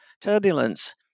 turbulence